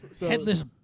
Headless